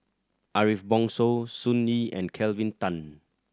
Ariff Bongso Sun Yee and Kelvin Tan